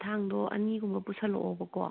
ꯊꯥꯡꯗꯣ ꯑꯅꯤꯒꯨꯝꯕ ꯄꯨꯁꯜꯂꯛꯑꯣꯕꯀꯣ